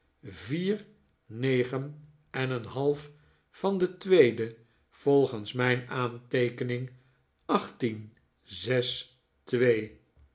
vier negen en een half yan de tweede volgens mijn aanteekening achttien zes twee